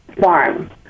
farm